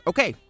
Okay